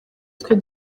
twe